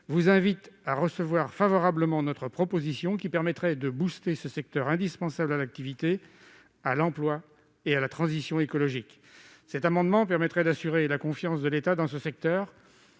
vous invitent à recevoir favorablement notre proposition, qui permettrait de ce secteur indispensable à l'activité, à l'emploi et à la transition écologique. L'adoption de cet amendement permettrait d'assurer la confiance de l'État dans ce secteur,